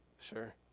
sure